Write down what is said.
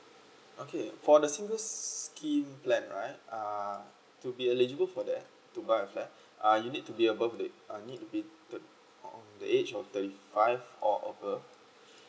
okay for the single scheme plan right uh to be eligible for that to buy a flat uh you need to be above you need to be thir~ of the age of thirty five or above